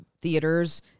theaters